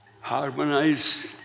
harmonize